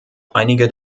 einige